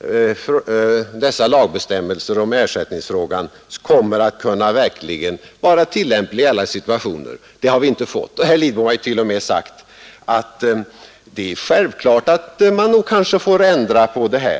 huruvida dessa lagbestämmelser om ersättning verkligen kommer att vara tillämpliga i alla situationer har vi inte fått. Herr Lidbom hart.o.m. sagt att det är självklart att man kan få ändra på dem.